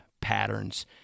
patterns